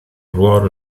ruolo